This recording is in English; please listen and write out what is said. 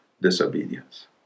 disobedience